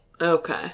Okay